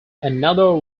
another